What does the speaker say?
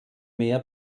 meer